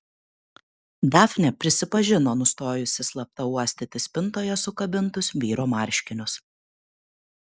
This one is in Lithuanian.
dafnė prisipažino nustojusi slapta uostyti spintoje sukabintus vyro marškinius